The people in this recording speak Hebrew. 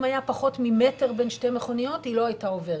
אם היה פחות ממטר בין שתי מכוניות היא לא הייתה עוברת.